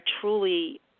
truly